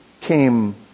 came